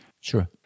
sure